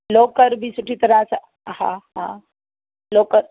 locker बि सुठी तरह सां हा हा लॉकर